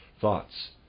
thoughts